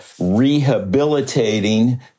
rehabilitating